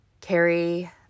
Carry